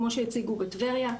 כמו שהציגו בטבריה.